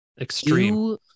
extreme